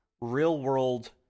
real-world